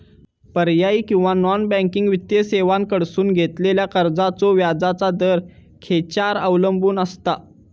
पर्यायी किंवा non banking वित्तीय सेवांकडसून घेतलेल्या कर्जाचो व्याजाचा दर खेच्यार अवलंबून आसता?